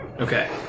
Okay